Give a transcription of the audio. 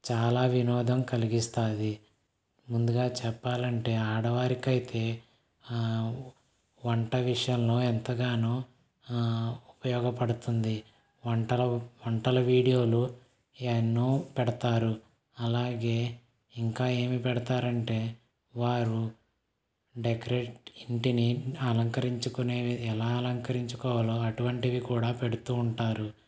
చాలా వినోదం కలిగిస్తాది ముందుగా చెప్పాలంటే ఆడవారికైతే వంట విషయంలో ఎంతగానో ఉపయోగపడుతుంది వంటలు వంటలు వీడియోలు ఎన్నో పెడతారు అలాగే ఇంకా ఏమి పెడతారంటే వారు డెకరేట్ ఇంటిని అలంకరించుకునేది ఎలా అలంకరించుకోవాలో అటువంటివి కూడా పెడుతూ ఉంటారు